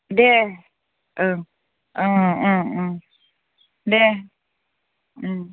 दे औ औ औ दे